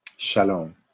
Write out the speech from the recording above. shalom